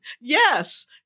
Yes